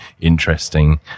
interesting